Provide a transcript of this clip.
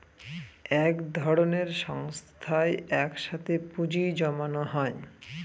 এক ধরনের সংস্থায় এক সাথে পুঁজি জমানো হয়